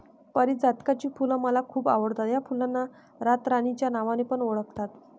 पारीजातकाची फुल मला खूप आवडता या फुलांना रातराणी च्या नावाने पण ओळखतात